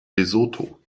lesotho